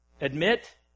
Admit